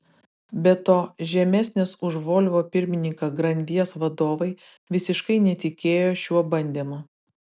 be to žemesnės už volvo pirmininką grandies vadovai visiškai netikėjo šiuo bandymu